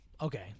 okay